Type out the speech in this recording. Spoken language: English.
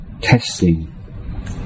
testing